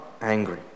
angry